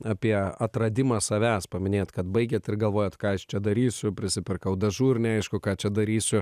apie atradimą savęs paminėjot kad baigėt ir galvojot ką aš čia darysiu prisipirkau dažų ir neaišku ką čia darysiu